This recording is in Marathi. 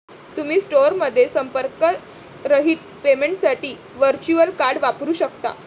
तुम्ही स्टोअरमध्ये संपर्करहित पेमेंटसाठी व्हर्च्युअल कार्ड वापरू शकता